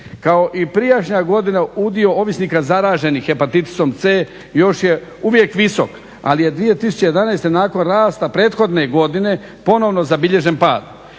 Kao i prijašnja godina, uvio ovisnika zaraženih hepatitisom c još uvijek visok, ali je 2011. nakon rasta prethodne godine ponovno zabilježen pad.